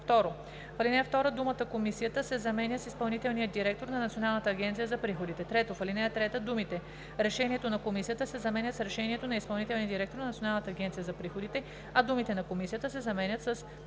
8“. 2. В ал. 2 думата „Комисията“ се заменя с „изпълнителният директор на Националната агенция за приходите“. 3. В ал. 3 думите „решението на Комисията“ се заменят с „решението на изпълнителния директор на Националната агенция за приходите“, а думите „на Комисията“ се заменят с